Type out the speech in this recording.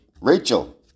Rachel